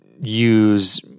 use